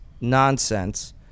nonsense